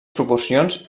proporcions